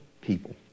people